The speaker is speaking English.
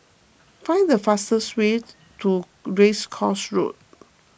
find the fastest way to Race Course Road